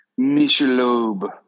Michelob